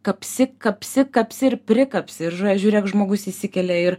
kapsi kapsi kapsi ir prikapsi ir ža žiūrėk žmogus įsikelia ir